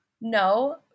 No